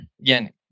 Again